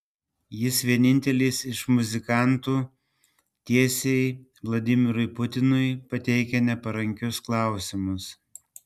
jis vienintelis iš muzikantų tiesiai vladimirui putinui pateikia neparankius klausimus